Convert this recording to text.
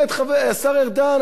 השר ארדן, אתה אומר את האמת.